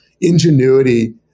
ingenuity